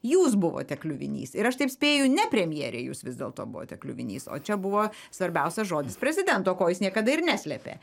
jūs buvote kliuvinys ir aš taip spėju ne premjerei jūs vis dėlto buvote kliuvinys o čia buvo svarbiausias žodis prezidento ko jis niekada ir neslėpė